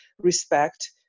respect